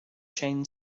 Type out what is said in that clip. chain